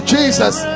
Jesus